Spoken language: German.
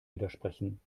widersprechen